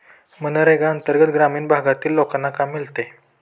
मनरेगा अंतर्गत ग्रामीण भागातील लोकांना काम मिळते